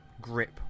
grip